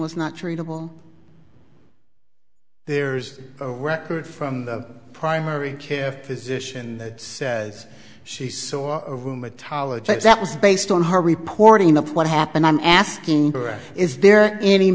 was not treatable there's a record from the primary care physician that says she saw a rheumatologist that was based on her reporting of what happened i'm asking is there any